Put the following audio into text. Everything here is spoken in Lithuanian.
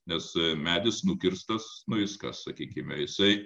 nes medis nukirstas na jis kas sakykime jisai